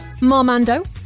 Marmando